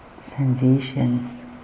sensations